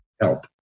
help